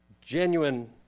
genuine